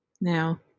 Now